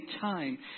time